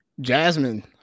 Jasmine